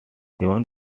seven